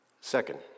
Second